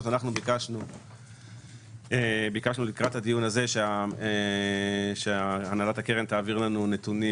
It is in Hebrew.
ביקשנו לקראת הדיון הזה שהנהלת הקרן תעביר לנו נתונים